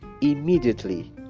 immediately